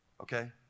okay